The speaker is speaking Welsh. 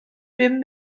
bum